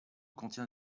contient